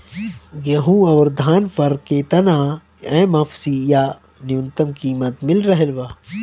गेहूं अउर धान पर केतना एम.एफ.सी या न्यूनतम कीमत मिल रहल बा?